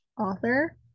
author